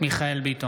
מיכאל מרדכי ביטון,